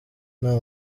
nta